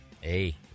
Hey